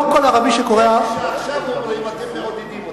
את אלה שעכשיו אומרים אתם מעודדים.